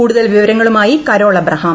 കൂടുതൽ വിവരങ്ങളുമായി കരോൾ എബ്രഹാം